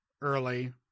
early